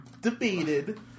debated